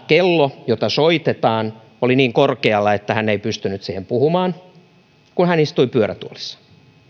kello jota soitetaan oli niin korkealla että hän ei pystynyt siihen puhumaan kun hän istui pyörätuolissa